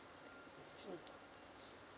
mm